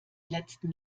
letzten